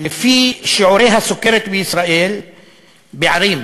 שיעורי הסוכרת בישראל בערים,